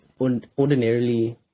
ordinarily